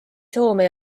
soome